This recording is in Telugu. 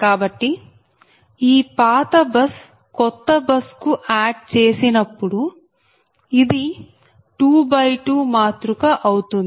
కాబట్టి ఈ పాత బస్ కొత్త బస్ కు ఆడ్ చేసినప్పుడు ఇది 2 x 2 మాతృక అవుతుంది